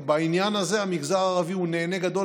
ובעניין הזה המגזר הערבי הוא נהנה גדול.